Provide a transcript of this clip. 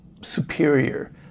superior